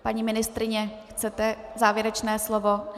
Paní ministryně, chcete závěrečné slovo?